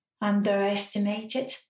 underestimated